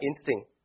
instinct